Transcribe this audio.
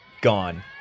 Gone